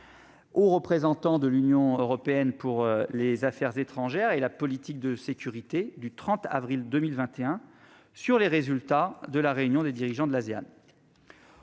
Haut Représentant de l'Union européenne pour les affaires étrangères et la politique de sécurité, sur les résultats de la réunion des dirigeants de l'Asean.